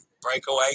Breakaway